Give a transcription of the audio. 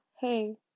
hey